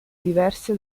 diverse